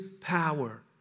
power